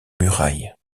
muraille